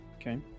Okay